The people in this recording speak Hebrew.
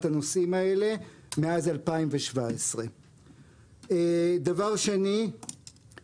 הנושאים האלה מאז 2017. מה זאת אומרת,